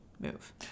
move